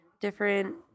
different